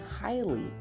highly